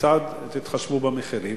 כיצד מתחשבים במחירים?